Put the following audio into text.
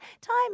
Time